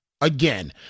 again